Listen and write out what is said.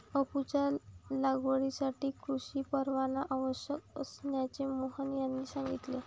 अफूच्या लागवडीसाठी कृषी परवाना आवश्यक असल्याचे मोहन यांनी सांगितले